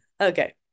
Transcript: Okay